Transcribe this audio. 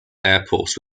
airports